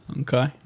Okay